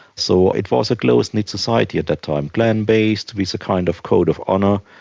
so it was a close-knit society at that time. clan-based with a kind of code of honour,